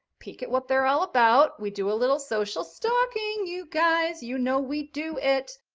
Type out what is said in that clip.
peek at what they're all about. we do a little social stalking you guys, you know we do it.